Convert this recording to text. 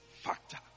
factor